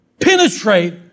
penetrate